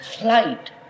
flight